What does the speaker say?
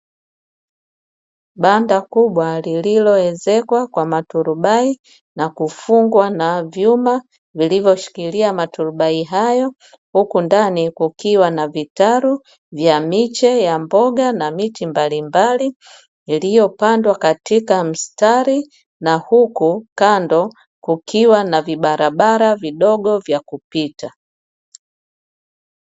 Banda kubwa lililoenezwa kwa matulubai na kufungwa na vyuma lililoshikilia matulubai hayo, huku ndani kukiwa na vitarao vya miche ya mboga na miti mbalimbali iliyopandwa katika mstari, na huku kando kukiwa na vibarabarara vidogo vya kupita.